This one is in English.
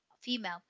female